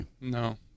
No